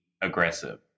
aggressive